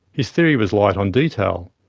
his theory was light on detail.